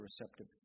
receptive